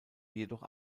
jedoch